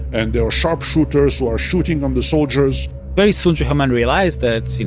and there are sharpshooters who are shooting on the soldiers very soon, juhayman realized that, so you